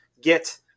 get